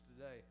today